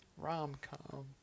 Rom-com